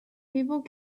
people